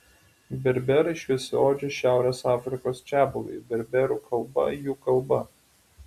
berberai šviesiaodžiai šiaurės afrikos čiabuviai berberų kalba jų kalba